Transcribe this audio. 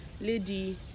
lady